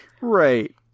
right